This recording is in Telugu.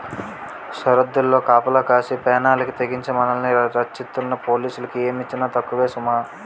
సరద్దుల్లో కాపలా కాసి పేనాలకి తెగించి మనల్ని రచ్చిస్తున్న పోలీసులకి ఏమిచ్చినా తక్కువే సుమా